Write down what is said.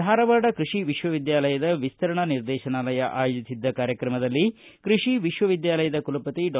ಧಾರವಾಡ ಕೃಷಿ ವಿಶ್ವವಿದ್ಯಾಲಯದ ವಿಸ್ತರಣಾ ನಿರ್ದೇಶನಾಲಯ ಆಯೋಜಿಸಿದ್ದ ಕಾರ್ಯಕ್ರಮದಲ್ಲಿ ಕೃಷಿ ವಿಶ್ವವಿದ್ಯಾಲಯದ ಕುಲಪತಿ ಡಾ